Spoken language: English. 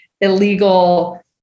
illegal